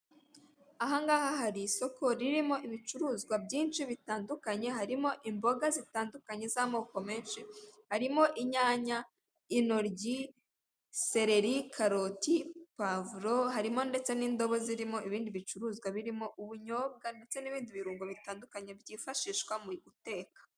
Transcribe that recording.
Aha ngaha hari isoko ririmo ibicuruzwa byinshi bitandukanye, harimo imboga zitandukanye z'amoko menshi, harimo inyanya, intoryi, sereri karoti pavuro harimo ndetse n'indobo zirimo ibindi bicuruzwa birimo ubunyobwa, ndetse n'ibindi birungo bitandukanye byifashishwa mu guteka.